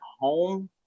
home